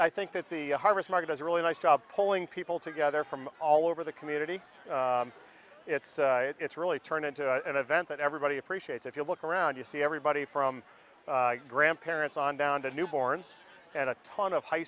i think that the harvest market is a really nice job pulling people together from all over the community it's it's really turned into an event that everybody appreciates if you look around you see everybody from grandparents on down to newborn and a ton of high